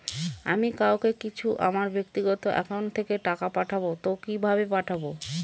আমি কাউকে কিছু আমার ব্যাক্তিগত একাউন্ট থেকে টাকা পাঠাবো তো কিভাবে পাঠাবো?